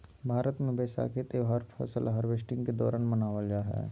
भारत मे वैसाखी त्यौहार फसल हार्वेस्टिंग के दौरान मनावल जा हय